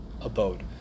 abode